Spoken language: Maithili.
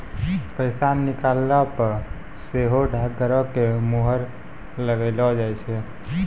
पैसा निकालला पे सेहो डाकघरो के मुहर लगैलो जाय छै